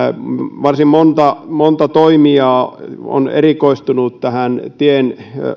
varsin monta monta toimijaa on erikoistunut tien